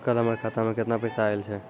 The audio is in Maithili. कल हमर खाता मैं केतना पैसा आइल छै?